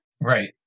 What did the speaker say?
right